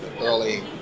early